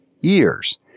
years